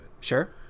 Sure